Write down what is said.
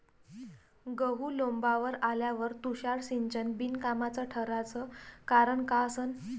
गहू लोम्बावर आल्यावर तुषार सिंचन बिनकामाचं ठराचं कारन का असन?